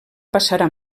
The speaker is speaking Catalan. passarà